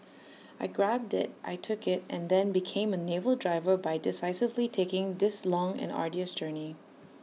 I grabbed IT I took IT and then became A naval diver by decisively taking this long and arduous journey